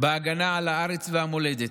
בהגנה על הארץ ועל המולדת.